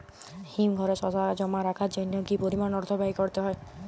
হিমঘরে শসা জমা রাখার জন্য কি পরিমাণ অর্থ ব্যয় করতে হয়?